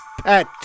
pet